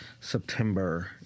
september